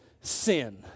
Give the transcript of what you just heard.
sin